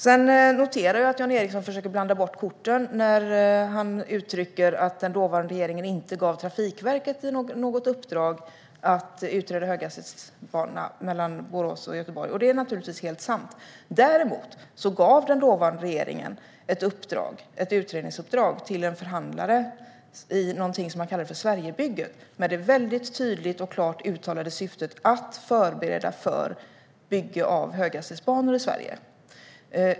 Sedan noterar jag att Jan Ericson försöker blanda bort korten när han uttrycker att den dåvarande regeringen inte gav Trafikverket något uppdrag att utreda en höghastighetsbana mellan Borås och Göteborg. Det är naturligtvis helt sant. Däremot gav den dåvarande regeringen ett utredningsuppdrag till en förhandlare i något som man kallade för Sverigebygget med det väldigt tydligt och klart uttalade syftet att förbereda för bygge av höghastighetsbanor i Sverige.